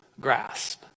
grasp